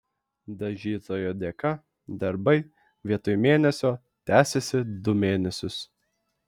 dažytojo dėka darbai vietoj mėnesio tęsėsi du mėnesius